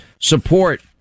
support